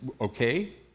okay